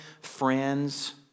friends